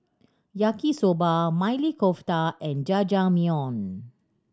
Yaki Soba Maili Kofta and Jajangmyeon